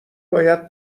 باید